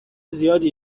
زیادی